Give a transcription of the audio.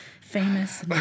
famous